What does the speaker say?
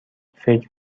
فکر